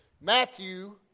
Matthew